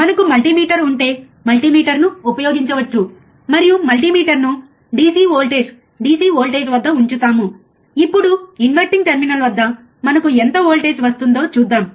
మనకు మల్టీమీటర్ ఉంటే మల్టీమీటర్ను ఉపయోగించవచ్చు మరియు మల్టీమీటర్ను DC వోల్టేజ్ DC వోల్టేజ్ వద్ద ఉంచుతాము ఇప్పుడు ఇన్వర్టింగ్ టెర్మినల్ వద్ద మనకు ఎంత వోల్టేజ్ వస్తుందో చూద్దాం